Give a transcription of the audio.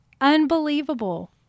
unbelievable